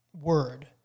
word